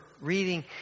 reading